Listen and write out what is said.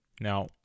now